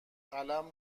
قلم